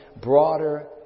broader